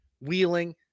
wheeling